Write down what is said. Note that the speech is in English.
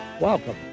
Welcome